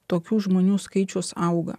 tokių žmonių skaičius auga